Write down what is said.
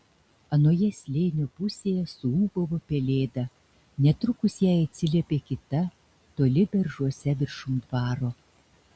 anoje slėnio pusėje suūbavo pelėda netrukus jai atsiliepė kita toli beržuose viršum dvaro